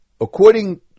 according